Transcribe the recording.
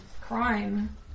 crime